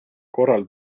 korral